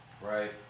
right